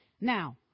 Now